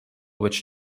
which